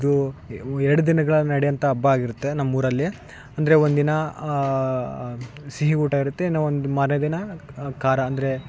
ಇದು ಒ ಎರಡು ದಿನಗಳು ನಡಿಯೋಂತ ಹಬ್ಬ ಆಗಿರುತ್ತೆ ನಮ್ಮೂರಲ್ಲಿ ಅಂದರೆ ಒಂದಿನ ಸಿಹಿ ಊಟ ಇರುತ್ತೆ ಇನ್ನು ಒಂದು ಮಾರನೆ ದಿನ ಖಾರ ಅಂದರೆ